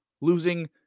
losing